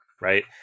right